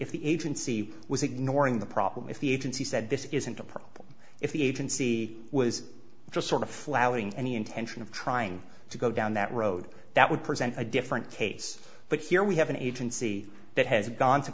if the agency was ignoring the problem if the agency said this isn't a problem if the agency was just sort of flouting any intention of trying to go down that road that would present a different case but here we have an agency that has gone to